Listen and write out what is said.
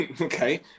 Okay